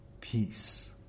peace